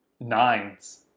nines